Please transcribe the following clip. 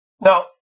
Now